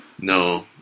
No